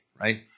right